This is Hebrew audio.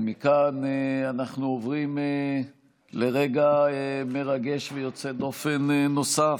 ומכאן אנחנו עוברים לרגע מרגש ויוצא דופן נוסף,